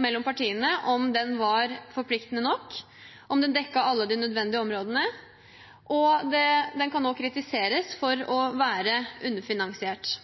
mellom partiene om hvorvidt den var forpliktende nok, og om den dekket alle de nødvendige områdene. Den kan også kritiseres for å være underfinansiert.